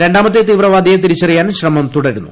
രണ്ടാമത്തെ തീവ്രവാദിയെ തിരിച്ചറിയാൻ ശ്രമം തുടരുന്നു